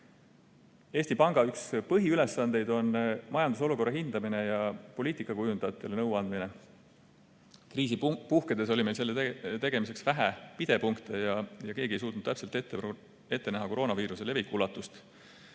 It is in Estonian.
Eesti Panga üks põhiülesandeid on majandusolukorra hindamine ja poliitikakujundajatele nõu andmine. Kriisi puhkedes oli meil selle tegemiseks vähe pidepunkte ja keegi ei suutnud täpselt ette näha koroonaviiruse leviku ulatust.